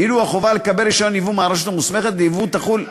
ואילו החובה לקבל רישיון ייבוא מהרשות המוסמכת ליבוא תחול,